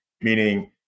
meaning